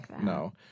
no